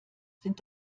sind